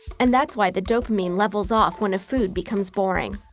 and that's why the dopamine levels off when a food becomes boring.